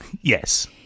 Yes